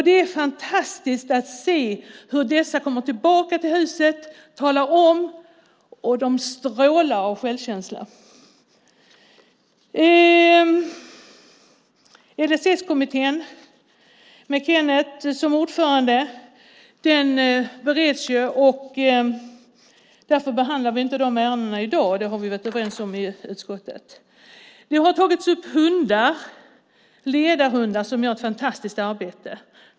Det är fantastiskt att se hur dessa människor när de kommer tillbaka till huset och berättar om detta strålar av självkänsla. LSS-kommittén, med Kenneth som ordförande, bereds ju. Därför behandlar vi inte de ärendena i dag. Det har vi kommit överens om i utskottet. Frågan om hundar har tagits upp. Det handlar om ledarhundar som gör ett fantastiskt arbete.